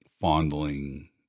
fondling